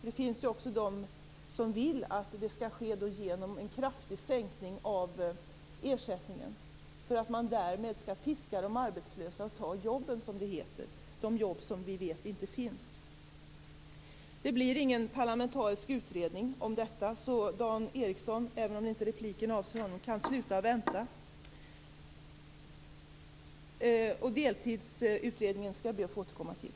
Det finns ju också de som vill att det skall ske genom en kraftig sänkning av ersättningen för att man därmed skall piska de arbetslösa att ta jobben, som det heter - de jobb som vi vet inte finns. Det blir ingen parlamentarisk utredning om detta. Även om repliken inte gäller Dan Ericsson vill jag säga åt honom att han kan sluta vänta. Deltidsutredningen skall jag be att få återkomma till.